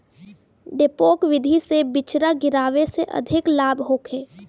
डेपोक विधि से बिचरा गिरावे से अधिक लाभ होखे?